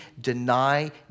deny